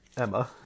Emma